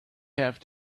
have